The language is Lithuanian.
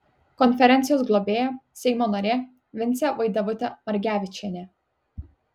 konferencijos globėja seimo narė vincė vaidevutė margevičienė